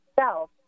self